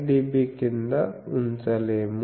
5dB క్రింద ఉంచలేము